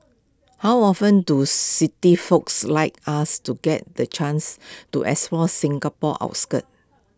how often do city folks like us to get the chance to explore Singapore's outskirts